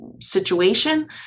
situation